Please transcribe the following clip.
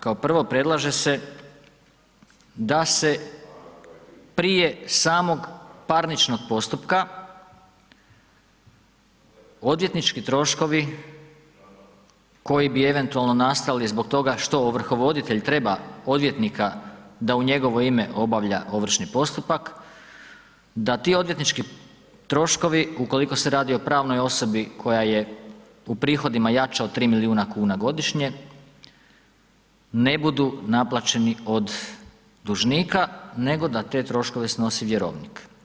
Kao prvo predlaže se da se prije samog parničnog postupka odvjetnički troškovi koji bi eventualno nastali zbog toga što ovrhovoditelj treba odvjetnika da u njegovo ime obavlja ovršni postupak, da ti odvjetnički troškovi ukoliko se radi o pravnoj osobi koja je u prihodima jača od 3 milijuna kuna godišnje ne budu naplaćeni od dužnika, nego da te troškove snosi vjerovnik.